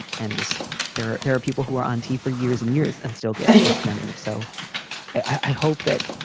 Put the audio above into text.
and and just there are there are people who are on t for years and years and still get mis gendered. so i hope that,